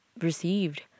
received